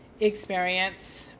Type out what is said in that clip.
experience